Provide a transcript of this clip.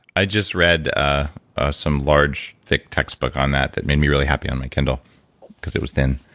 i just read ah some large thick textbook on that that made me really happy on my kindle because it was thin.